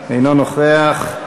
אינו נוכח.